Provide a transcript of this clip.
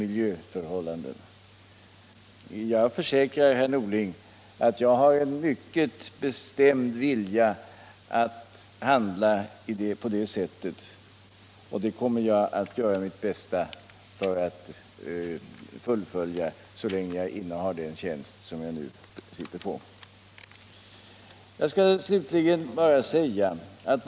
Jag försäkrar 121 herr Norling att jag har en mycket bestämd vilja att handla på det sättet. Jag kommer att göra mitt bästa för att följa den linjen så länge jag innehar min nuvarande tjänst.